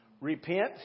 Repent